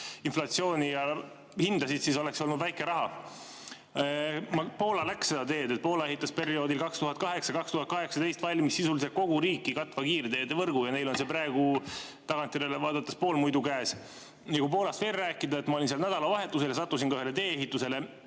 inflatsiooni ja hindasid, siis oleks see olnud väike raha. Poola läks seda teed. Poola ehitas perioodil 2008–2018 valmis sisuliselt kogu riiki katva kiirteevõrgu ja neil on see tagantjärele vaadates praegu poolmuidu käes. Kui Poolast veel rääkida – ma olin seal nädalavahetusel ja sattusin ka ühele tee-ehitusele